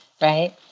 Right